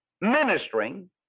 ministering